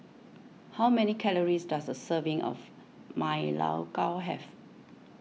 how many calories does a serving of Ma Lai Gao have